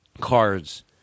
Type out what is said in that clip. cards